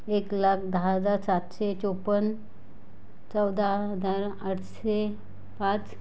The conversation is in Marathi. एक लाख दहा हजार सातशे चोपन चौदा हजार आठशे पाच